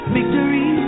Victory